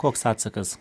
koks atsakas